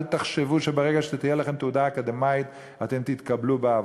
תחשבו שברגע שתהיה לכם תעודה אקדמית אתם תתקבלו לעבודה.